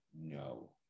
no